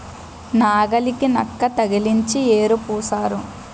నాగలికి నక్కు తగిలించి యేరు పూశారు